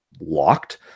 locked